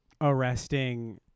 arresting